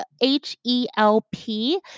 H-E-L-P